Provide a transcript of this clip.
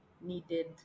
needed